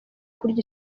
kurya